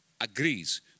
agrees